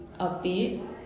Upbeat